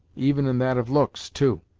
even in that of looks, too.